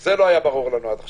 זה לא היה ברור לנו עד עכשיו.